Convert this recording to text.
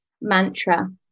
mantra